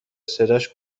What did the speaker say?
صداش